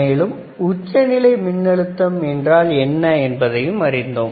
மேலும் உச்சநிலை மின் அழுத்தம் என்ன என்பதையும் அறிந்தோம்